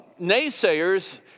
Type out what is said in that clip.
naysayers